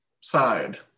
side